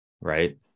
right